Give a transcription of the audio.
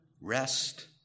rest